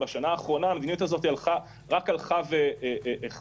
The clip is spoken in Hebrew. בשנה הזאת המדיניות הזאת רק הלכה והחמירה.